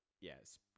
yes